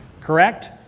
Correct